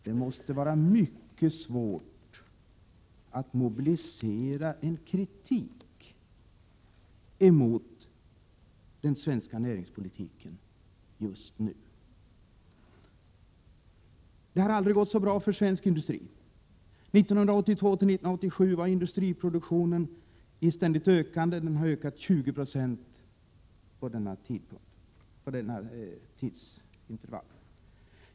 Det måste vara mycket svårt att mobilisera någon kritik mot den svenska näringspolitiken just nu. Det har aldrig gått så bra för svensk industri! 1982-1987 var industriproduktionen i ständigt ökande — den har ökat med 20 70 på denna tid.